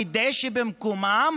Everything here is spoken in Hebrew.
כדי שבמקומם